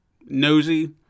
nosy